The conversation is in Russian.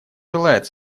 желает